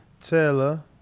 Taylor